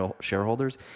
shareholders